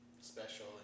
special